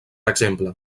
exemple